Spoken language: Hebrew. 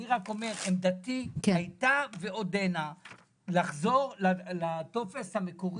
אני רק אומר שעמדתי הייתה ועודנה לחזור לטופס המקורי.